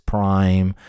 Prime